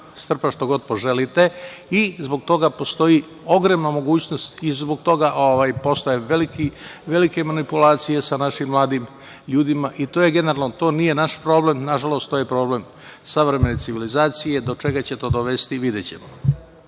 strpa šta god poželite i zbog toga postoji ogromna mogućnost i zbog toga ovaj postoje velike manipulacije našim mladim ljudima. To je generalno, to nije naš problem, nažalost, to je problem savremene civilizacije, do čega će to dovesti videćemo. Glavni